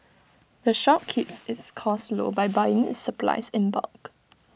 the shop keeps its costs low by buying its supplies in bulk